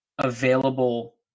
available